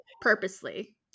purposely